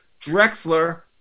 Drexler